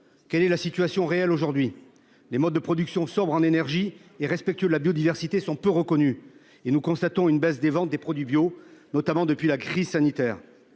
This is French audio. Quelle est la situation réelle aujourd'hui les modes de production sobre en énergie et respectueux de la biodiversité sont peu reconnus et nous constatons une baisse des ventes des produits bio, notamment depuis la crise sanitaire.